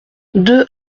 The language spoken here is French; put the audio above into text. deux